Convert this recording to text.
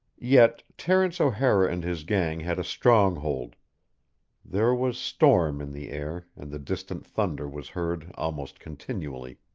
yet terence o'hara and his gang had a strong hold there was storm in the air and the distant thunder was heard almost continually.